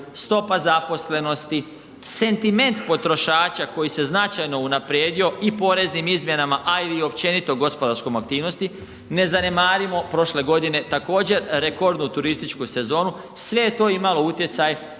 stopa zaposlenosti, sentiment potrošača koji se značajno unaprijedio i poreznim izmjenama, a i općenito gospodarskom aktivnosti, ne zanemarimo prošle godine također rekordnu turističku sezonu, sve je to imalo utjecaj